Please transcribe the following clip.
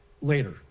later